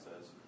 says